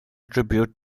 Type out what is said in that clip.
tribute